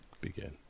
begin